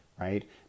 right